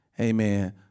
Amen